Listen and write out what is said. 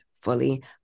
fully